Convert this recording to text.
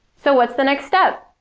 so, what's the next step?